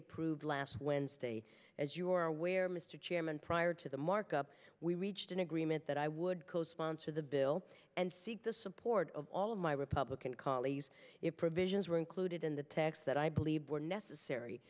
approved last wednesday as you are aware mr chairman prior to the markup we reached an agreement that i would co sponsor the bill and seek the support of all of my republican colleagues if provisions were included in the tax that i believe were necessary